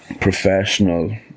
professional